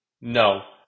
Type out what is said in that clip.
No